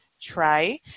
try